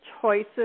choices